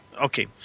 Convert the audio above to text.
okay